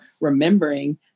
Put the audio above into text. remembering